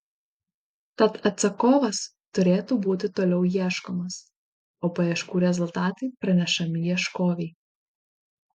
tad atsakovas turėtų būti toliau ieškomas o paieškų rezultatai pranešami ieškovei